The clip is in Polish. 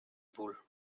ból